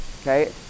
Okay